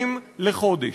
שקלים לחודש.